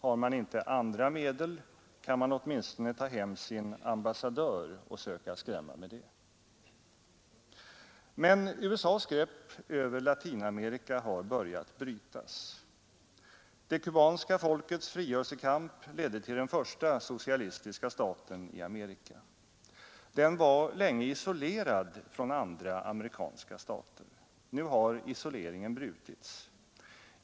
Har man inte andra medel, kan man åtminstone ta hem sin ambassadör och söka skrämma med det. Men USA:s grepp över Latinamerika har börjat brytas. Det kubanska folkets frigörelsekamp ledde till den första socialistiska staten i Amerika. Den var länge isolerad från andra amerikanska stater. Nu har isoleringen brutits.